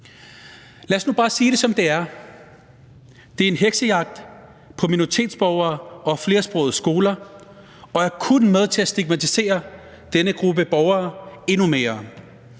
Lad os nu bare sige det, som det er: Det er en heksejagt på minoritetsborgere og flersprogede skoler, og det er kun med til at stigmatisere denne gruppe borgere endnu mere.